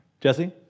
Jesse